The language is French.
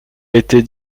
été